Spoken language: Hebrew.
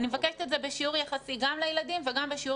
אני מבקשת את זה בשיעור יחסי גם לילדים וגם בשיעור